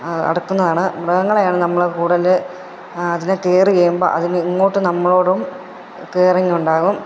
അടുക്കുന്നതാണ് മൃഗങ്ങളെയാണ് നമ്മൾ കൂടുതൽ അതിന് കേറ് ചെയ്യുമ്പോൾ അതിന് ഇങ്ങോട്ട് നമ്മളോടും കറിങ്ങ ഉണ്ടാകും